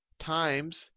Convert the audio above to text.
times